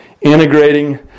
integrating